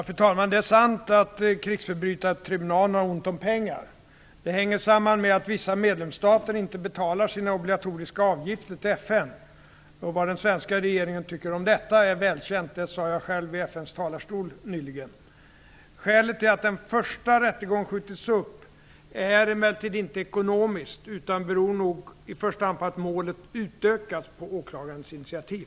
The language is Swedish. Fru talman! Det är sant att krigsförbrytartribunalen har ont om pengar. Det hänger samman med att vissa medlemsstater inte betalar sina obligatoriska avgifter till FN. Vad den svenska regeringen tycker om detta är välkänt. Det sade jag själv i FN:s talarstol nyligen. Skälet till att den första rättegången skjutits upp är emellertid inte ekonomiskt utan är nog i första hand på att målet utökats på åklagarens initiativ.